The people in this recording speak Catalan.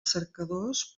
cercadors